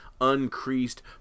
uncreased